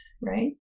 right